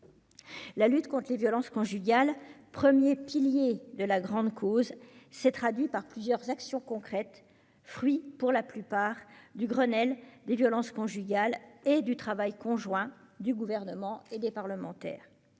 La lutte contre les violences conjugales, premier pilier de la grande cause du quinquennat, s'est traduite par plusieurs actions concrètes, fruits pour la plupart du Grenelle des violences conjugales et du travail conjoint du Gouvernement et des parlementaires.